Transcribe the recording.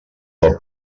del